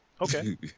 Okay